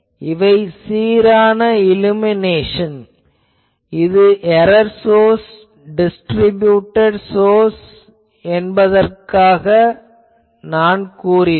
இவை சீரான இலுமினேஷன் இது எரர் சோர்சஸ் டிஸ்ட்ரிபியூடட் சோர்சஸ் என்பதற்கு நான் கூறினேன்